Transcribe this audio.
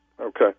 Okay